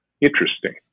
interesting